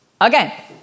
Okay